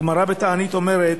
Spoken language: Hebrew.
הגמרא בתענית אומרת: